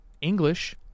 English